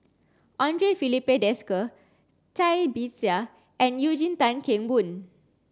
Andre Filipe Desker Cai Bixia and Eugene Tan Kheng Boon